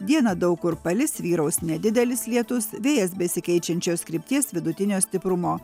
dieną daug kur palis vyraus nedidelis lietus vėjas besikeičiančios krypties vidutinio stiprumo